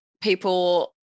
people